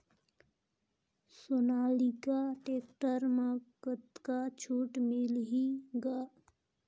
Sonalika tractor म कतका छूट मिलही ग?